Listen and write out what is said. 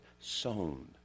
sown